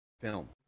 film